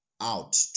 out